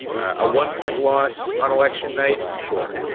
a one point loss on election night. sure,